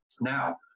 Now